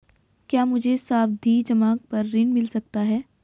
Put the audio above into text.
क्या मुझे सावधि जमा पर ऋण मिल सकता है?